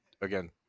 again